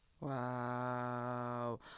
Wow